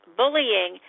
bullying